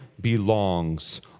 belongs